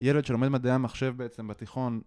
ילד שלומד מדעי המחשב בעצם בתיכון